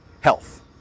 Health